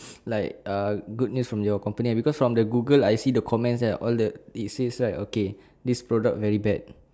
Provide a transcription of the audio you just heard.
like ah good news from your company because from the google I see the comments there all the it say right okay this product very bad